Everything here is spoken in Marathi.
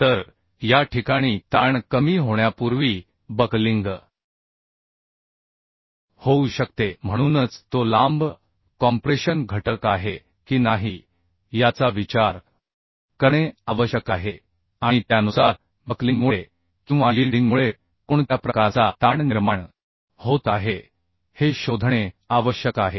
तर या ठिकाणी ताण कमी होण्यापूर्वी बकलिंग होऊ शकते म्हणूनच तो लांब कॉम्प्रेशन घटक आहे की नाही याचा विचार करणे आवश्यक आहे आणि त्यानुसार बक्लिंगमुळे किंवा यील्डिंगमुळे कोणत्या प्रकारचा ताण निर्माण होत आहे हे शोधणे आवश्यक आहे